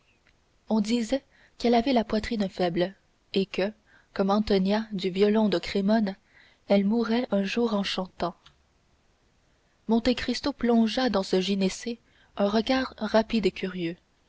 on disait qu'elle avait la poitrine faible et que comme antonia du violon de crémone elle mourrait un jour en chantant monte cristo plongea dans ce gynécée un regard rapide et curieux